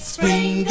Spring